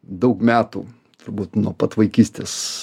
daug metų turbūt nuo pat vaikystės